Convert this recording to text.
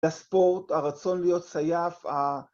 ‫לספורט, הרצון להיות סייף. ה..